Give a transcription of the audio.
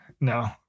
No